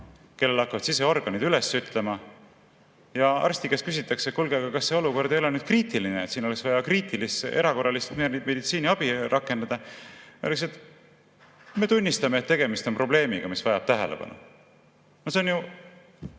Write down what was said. kellel hakkavad siseorganid üles ütlema, ja arsti käest küsitakse, et kuulge, kas see olukord ei ole nüüd kriitiline, siin oleks vaja kriitilist, erakorralist meditsiiniabi rakendada, ja siis öeldakse, et me tunnistame, et tegemist on probleemiga, mis vajab tähelepanu. No see on ju